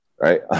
right